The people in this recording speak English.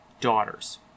daughters